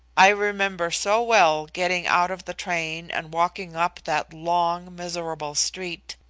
i remember so well getting out of the train and walking up that long, miserable street.